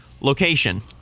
location